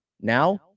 now